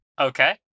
Okay